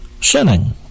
sinning